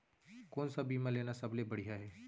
कोन स बीमा लेना सबले बढ़िया हे?